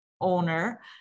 owner